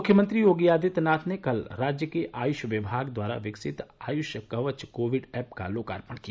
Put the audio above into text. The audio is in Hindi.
मुख्यमंत्री योगी आदित्यनाथ ने कल राज्य के आयुष विभाग द्वारा विकसित आयुष कवच कोविड ऐप का लोकार्पण किया